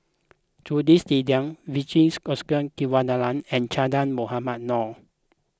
Jules Itier Vijesh Ashok Ghariwala and Che Dah Mohamed Noor